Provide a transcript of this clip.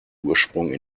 ursprung